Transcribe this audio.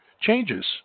changes